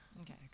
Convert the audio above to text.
Okay